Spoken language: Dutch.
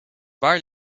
waar